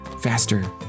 faster